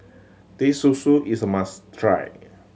Teh Susu is a must try